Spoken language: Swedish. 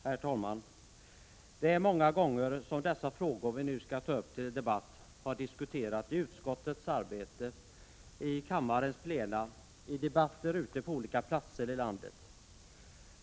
Herr talman! Det är många gånger som dessa frågor vi nu skall ta upp till debatt har diskuterats i utskottets arbete, i kammarens plena, i debatter ute på olika platser i landet.